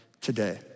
today